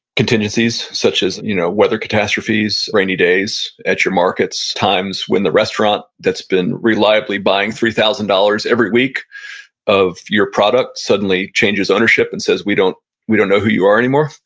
contingencies such as you know weather catastrophes, rainy days at your markets, times when the restaurant that's been reliably buying three thousand dollars every week of your product suddenly changes ownership and says, we don't we don't know who you are anymore.